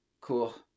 Cool